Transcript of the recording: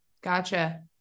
Gotcha